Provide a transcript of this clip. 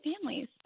families